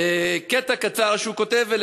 קטע קצר שהוא כותב,